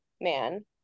man